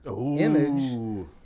image